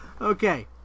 Okay